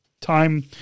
time